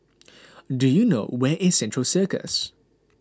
do you know where is Central Circus